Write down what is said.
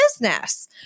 business